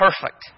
perfect